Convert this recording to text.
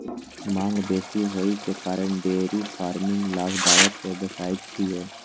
मांग बेसी होइ के कारण डेयरी फार्मिंग लाभदायक व्यवसाय छियै